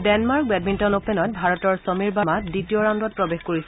Denmark badminton অ'পেনত ভাৰতৰ সমীৰ বাৰ্মাই দ্বিতীয় ৰাউণ্ডত প্ৰৱেশ কৰিছে